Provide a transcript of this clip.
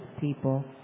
people